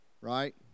right